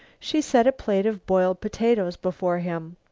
she set a plate of boiled potatoes before him.